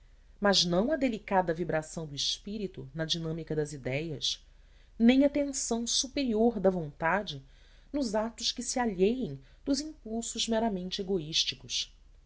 mas não a delicada vibração do espírito na dinâmica das idéias nem a tensão superior da vontade nos atos que se alheiem dos impulsos meramente